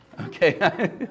Okay